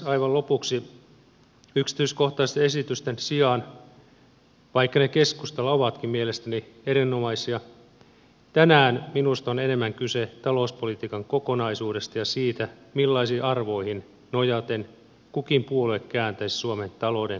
aivan lopuksi yksityiskohtaisten esitysten sijaan vaikka ne keskustalla ovatkin mielestäni erinomaisia tänään minusta on enemmän kyse talouspolitiikan kokonaisuudesta ja siitä millaisiin arvoihin nojaten kukin puolue kääntäisi suomen talouden nousuun